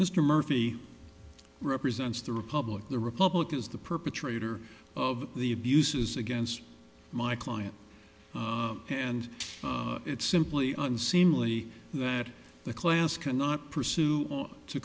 mr murphy represents the republic the republic is the perpetrator of the abuses against my client and it's simply unseemly that the class cannot pursue